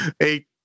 eight